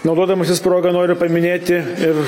naudodamasis proga noriu paminėti ir